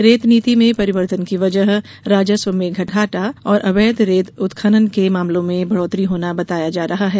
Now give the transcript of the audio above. रेत नीति में परिवर्तन की वजह राजस्व में घाटा और अवैध रेत उत्खनन के मामलों में बढ़ोतरी होना बताया जा रहा है